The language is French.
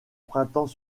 printemps